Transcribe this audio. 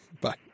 Bye